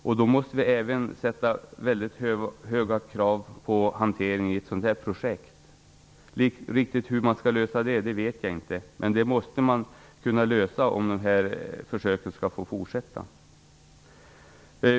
Därför måste vi även ställa mycket höga krav på hanteringen i ett sådant här projekt. Men jag vet inte riktigt hur man skall lösa detta, men på något sätt måste det lösas om försöken skall få fortsätta.